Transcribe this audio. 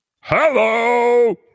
Hello